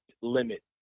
limit